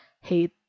hate